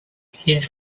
his